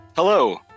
Hello